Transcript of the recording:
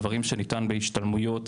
דברים שניתן בהשתלמויות,